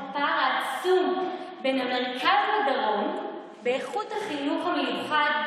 הפער העצום בין המרכז לדרום באיכות החינוך המיוחד,